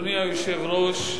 אדוני היושב-ראש,